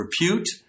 repute